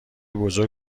بزرگ